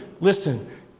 Listen